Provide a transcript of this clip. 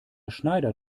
schneider